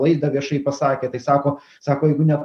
laidą viešai pasakė tai sako sako jeigu net